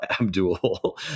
Abdul